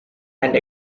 and